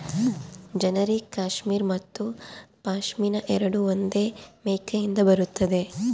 generic cashmere ಮತ್ತು ಪಶ್ಮಿನಾ ಎರಡೂ ಒಂದೇ ಮೇಕೆಯಿಂದ ಬರುತ್ತದೆ